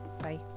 Bye